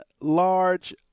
large